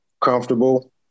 comfortable